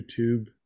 YouTube